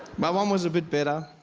my mom was a bit better.